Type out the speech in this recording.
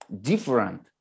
different